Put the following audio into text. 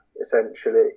essentially